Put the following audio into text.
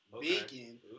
bacon